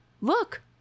Look